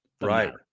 Right